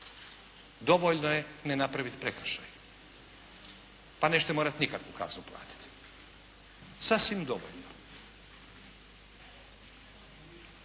Dovoljno je ne napraviti prekršaj, pa nećete morati nikakvu kaznu platiti. Sasvim dovoljno.